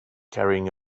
carrying